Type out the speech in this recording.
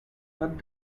what